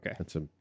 Okay